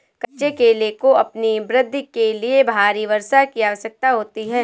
कच्चे केले को अपनी वृद्धि के लिए भारी वर्षा की आवश्यकता होती है